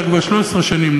אתה כבר 13 שנים,